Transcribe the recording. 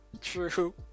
True